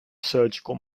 surgical